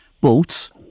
boats